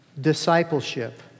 discipleship